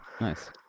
nice